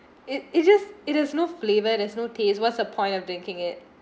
it it just it has no flavor there's no taste what's the point of drinking it